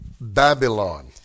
Babylon